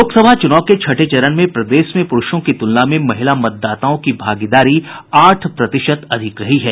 लोकसभा चुनाव के छठे चरण में प्रदेश में पुरूषों की तुलना में महिला मतदाताओं की भागीदारी आठ प्रतिशत अधिक रही है